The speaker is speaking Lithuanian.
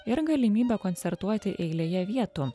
ir galimybę koncertuoti eilėje vietų